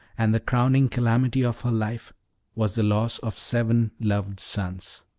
and the crowning calamity of her life was the loss of seven loved sons.